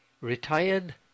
retired